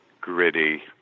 gritty